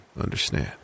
understand